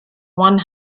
one